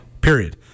period